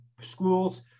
schools